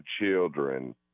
children